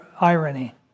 irony